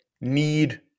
need